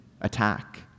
attack